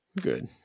Good